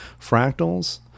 Fractals